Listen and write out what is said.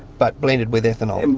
but blended with ethanol.